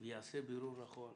כי זה נמצא על סעיף ג ולא בסעיף ב,